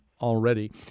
already